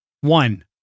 One